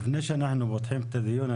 לפני שנפתח את הדיון,